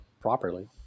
properly